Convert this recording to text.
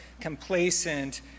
complacent